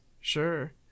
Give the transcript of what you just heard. Sure